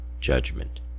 judgment